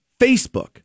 Facebook